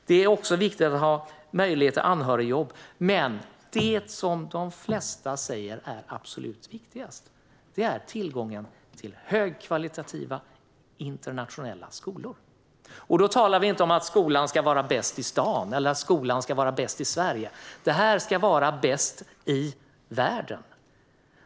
Det är också viktigt att ha möjlighet till anhörigjobb, men det som de flesta säger är absolut viktigast är tillgången till högkvalitativa internationella skolor. Då talar vi inte om att skolan ska vara bäst i stan eller bäst i Sverige, utan den ska vara bäst i världen.